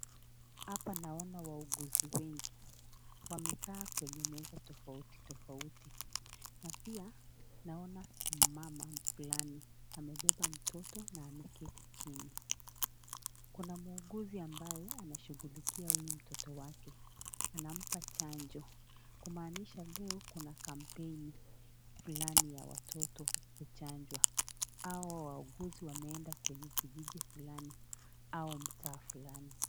Hapa naona wauguzi wengi. Wamekaa kwenye meza tafauti tafauti. Na pia naona Mama Fulani amebeba mtoto na ameketi chini. Kuna muuguzi ambaye anashugulikia huyu mtoto wake. Anampa chanjo . Kumaanisha leo Kuna kampeni Fulani ya watoto kuchajwa Hawa wauguzi wameenda katika Kwenye Fulani au mtaa Fulani.